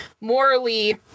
morally